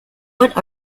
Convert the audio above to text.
what